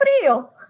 frio